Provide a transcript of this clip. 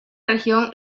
región